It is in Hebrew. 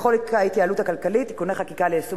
ההתייעלות הכלכלית (תיקוני חקיקה ליישום